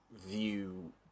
view